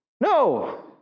No